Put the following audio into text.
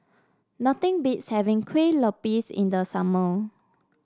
nothing beats having Kuih Lopes in the summer